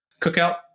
Cookout